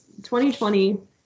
2020